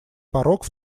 порог